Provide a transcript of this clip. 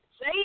Say